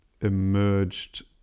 emerged